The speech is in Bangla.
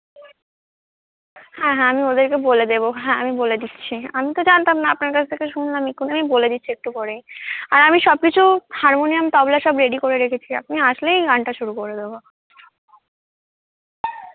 হ্যাঁ হ্যাঁ আমি ওদেরকে বলে দেবো হ্যাঁ আমি বলে দিচ্ছি আমি তো জানতাম না আপনার কাছ থেকে শুনলাম এক্ষুনি আমি বলে দিচ্ছি একটু পরেই আর আমি সব কিছু হারমোনিয়াম তবলা সব রেডি করে রেখেছি আপনি আসলেই গানটা শুরু করে দেবো